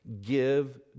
give